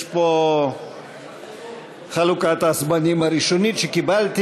יש פה חלוקת הזמנים הראשונית שקיבלתי.